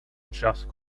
just